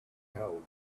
held